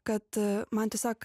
kad man tiesiog